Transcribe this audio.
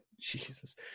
Jesus